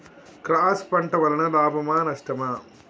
Cross పంట వలన లాభమా నష్టమా?